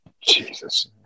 Jesus